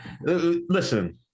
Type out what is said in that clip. Listen